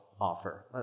offer